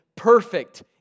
Perfect